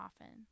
often